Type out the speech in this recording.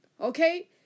okay